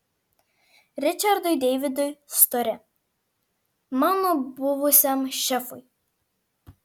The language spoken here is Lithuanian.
ričardui deividui stori mano buvusiam šefui